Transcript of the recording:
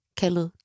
kaldet